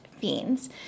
Fiends